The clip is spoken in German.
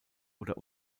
oder